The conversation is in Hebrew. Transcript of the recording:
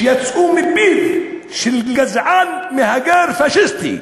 שיצאו מפיו של גזען מהגר פאשיסטי,